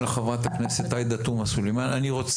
תודה רבה לחברת הכנסת עאידה תומא סלימאן.